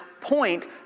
point